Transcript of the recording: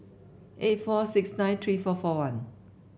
eight four six nine three four four one